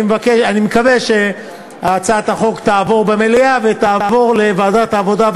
אני מקווה שהצעת החוק תעבור במליאה ותעבור לוועדת העבודה,